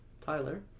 Tyler